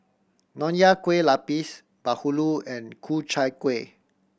Nonya Kueh Lapis bahulu and Ku Chai Kueh